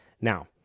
now